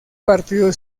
partido